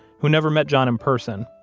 who never met john in person,